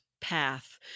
path